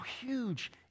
huge